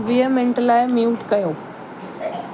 वीह मिंट लाइ म्यूट कयो